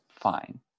fine